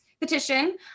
petition